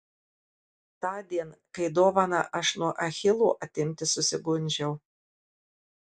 tądien kai dovaną aš nuo achilo atimti susigundžiau